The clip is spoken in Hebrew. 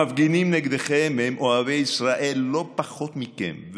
המפגינים נגדכם הם אוהבי ישראל לא פחות מכם.